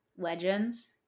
legends